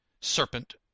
serpent